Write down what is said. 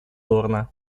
дурно